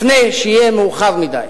לפני שיהיה מאוחר מדי.